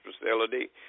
facility